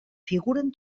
figuren